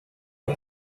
you